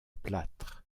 plâtre